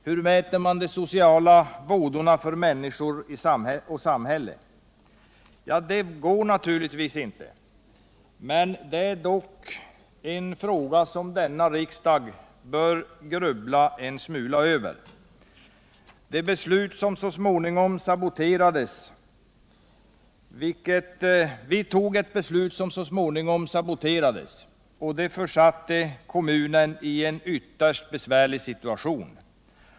Hur mäter man de sociala vådorna för människor och samhället? Det går naturligtvis inte. Detta är dock frågor som riksdagen bör grubbla en smula över. Vi fattade ett beslut som så småningom saboterades, och det försatte kommunen i en ytterst besvärlig situation.